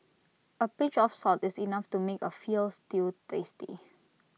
A pinch of salt is enough to make A Veal Stew tasty